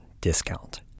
discount